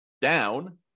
down